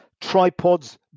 tripods